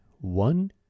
one